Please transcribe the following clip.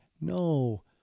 No